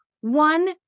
one